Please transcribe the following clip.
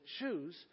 choose